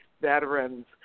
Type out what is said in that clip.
veterans